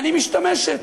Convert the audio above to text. אני משתמשת.